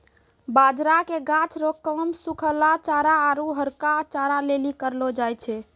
बाजरा के गाछ रो काम सुखलहा चारा आरु हरका चारा लेली करलौ जाय छै